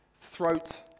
Throat